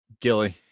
Gilly